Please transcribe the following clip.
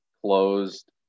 closed